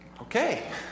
Okay